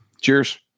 Cheers